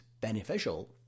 beneficial